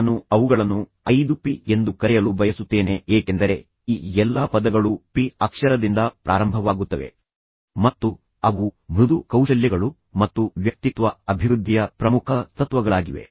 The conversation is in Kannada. ನಾನು ಅವರನ್ನು ಐದು ಪಿ ಎಂದು ಕರೆಯಲು ಬಯಸುತ್ತೇನೆ ಏಕೆಂದರೆ ಈ ಎಲ್ಲಾ ಪದಗಳು ಪಿ ಅಕ್ಷರದಿಂದ ಪ್ರಾರಂಭವಾಗುತ್ತವೆ ಮತ್ತು ಅವು ಮೃದು ಕೌಶಲ್ಯಗಳು ಮತ್ತು ವ್ಯಕ್ತಿತ್ವ ಅಭಿವೃದ್ಧಿಯ ಪ್ರಮುಖ ತತ್ವಗಳಾಗಿವೆ